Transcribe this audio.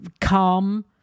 calm